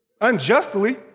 Unjustly